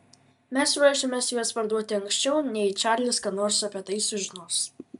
mes ruošiamės juos parduoti anksčiau nei čarlis ką nors apie tai sužinos